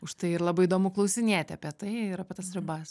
už tai ir labai įdomu klausinėti apie tai ir apie tas ribas